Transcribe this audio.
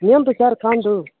ନିଅନ୍ତୁ ସାର୍ ଖାଆନ୍ତୁ